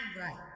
right